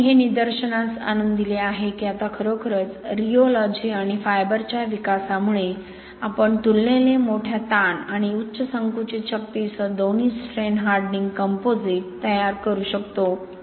तर मी हे निदर्शनास आणून दिले आहे की आता खरोखरच रिओलॉजी आणि तंतूंच्या विकासामुळे आपण तुलनेने मोठ्या ताण आणि उच्च संकुचित शक्तीसह दोन्ही स्ट्रेन हार्डनिंग कंपोझिट तयार करू शकतो